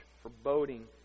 foreboding